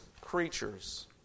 creatures